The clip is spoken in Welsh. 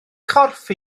chorff